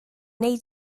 wnei